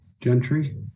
Gentry